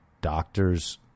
doctors